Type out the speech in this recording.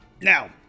Now